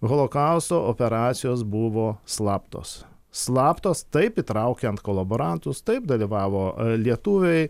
holokausto operacijos buvo slaptos slaptos taip įtraukiant kolaborantus taip dalyvavo lietuviai